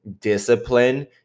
discipline